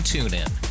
TuneIn